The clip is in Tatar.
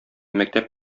мәктәп